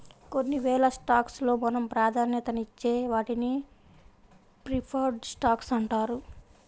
కొన్నివేల స్టాక్స్ లో మనం ప్రాధాన్యతనిచ్చే వాటిని ప్రిఫర్డ్ స్టాక్స్ అంటారు